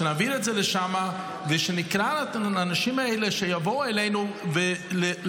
שנעביר את זה לשם ושנקרא לאנשים האלה שיבואו אלינו להראות